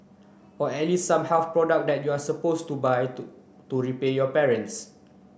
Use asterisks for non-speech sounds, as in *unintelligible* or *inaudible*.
or at least some health product that you're suppose to buy *unintelligible* to repay your parents